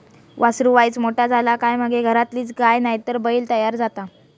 वासरू वायच मोठा झाला काय मगे घरातलीच गाय नायतर बैल तयार जाता